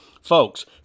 Folks